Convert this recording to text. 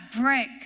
break